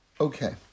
Okay